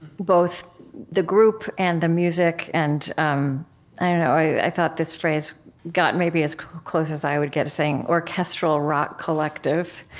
both the group and the music, and um i don't know, i thought this phrase got maybe as close as i would get to saying orchestral rock collective.